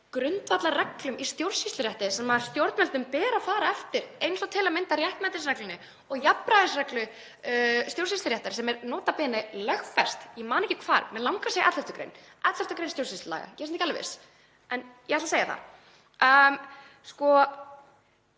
grundvallarreglum í stjórnsýslurétti sem stjórnvöldum ber að fara eftir, eins og til að mynda réttmætisreglunni og jafnræðisreglu stjórnsýsluréttar, sem er nota bene lögfest, ég man ekki hvar, mig langar að segja 11. gr. stjórnsýslulaga, ég er samt ekki alveg viss en ég ætla að segja það.